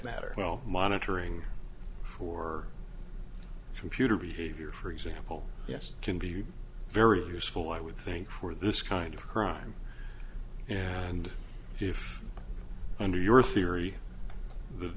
matter while monitoring for computer behavior for example yes can be very useful i would think for this kind of crime and if under your theory th